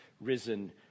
risen